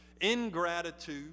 ingratitude